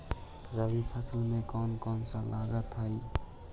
रबी फैसले मे कोन कोन सा लगता हाइय?